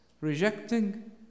rejecting